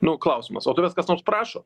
nu klausimas o tavęs kas nors prašo